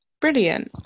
Brilliant